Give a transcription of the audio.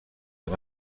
amb